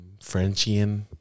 Frenchian